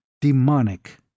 demonic